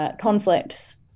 conflicts